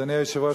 אדוני היושב-ראש,